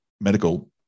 medical